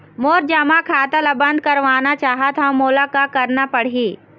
मोर जमा खाता ला बंद करवाना चाहत हव मोला का करना पड़ही?